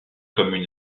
comme